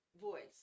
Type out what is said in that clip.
voice